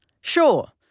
Sure